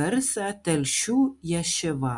garsią telšių ješivą